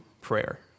prayer